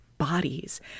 bodies